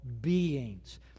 beings